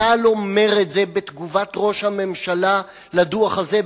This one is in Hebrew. צה"ל אומר את זה בתגובת ראש הממשלה לדוח הזה,